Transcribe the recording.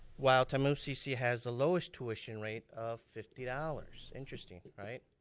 while tamu-cc has the lowest tuition rate of fifty dollars, interesting right?